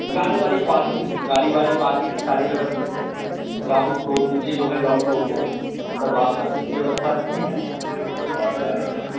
गाड़ी वाड़ी पार्किंग गाड़ी वाड़ी पार्किंग की सारी व्यवस्था है ग्राउंड फ़्लोर नीचे जो है ग्राउंड फ़्लोर पर सब वहाँ पार्किंग की व्यवस्था रखते हैं और